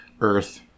Earth